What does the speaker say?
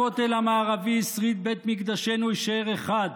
הכותל המערבי, שריד בית מקדשנו, יישאר אחד.